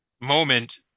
moment